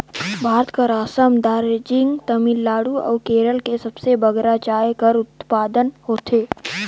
भारत कर असम, दार्जिलिंग, तमिलनाडु अउ केरल में सबले बगरा चाय कर उत्पादन होथे